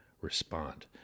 respond